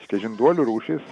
reiškia žinduolių rūšys